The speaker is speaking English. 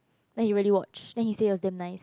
then you went it watch then you say it damn nice